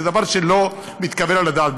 זה דבר שלא מתקבל על הדעת.